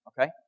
okay